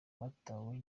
batawe